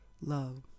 love